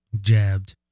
jabbed